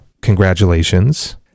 Congratulations